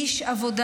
הוא היה איש עבודה,